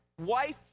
wife